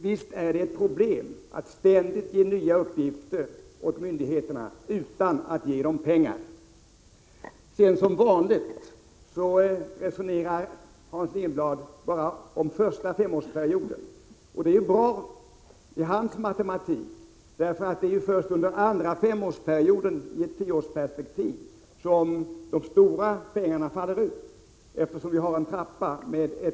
Visst är det ett problem om man ständigt ger myndigheterna nya uppgifter utan att ge dem mera pengar. Hans Lindblad resonerar dessutom som vanligt bara om den första femårsperioden, och det fungerar bra utifrån hans matematik. Det är ju fråga om en trappa med årliga påslag, och det är i ett tioårsperspektiv under den andra femårsperioden som de stora pengarna faller ut.